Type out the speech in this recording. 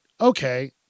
okay